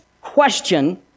question